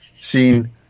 seen